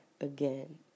again